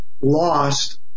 lost